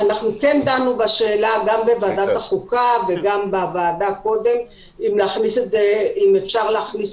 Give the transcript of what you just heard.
אנחנו כן דנו בוועדת החוקה וגם קודם אם אפשר להכניס